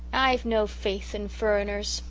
i've no faith in furriners,